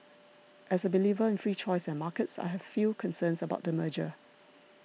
as a believer in free choice and markets I have few concerns about the merger